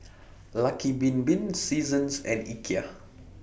Lucky Bin Bin Seasons and Ikea